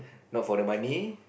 not for the money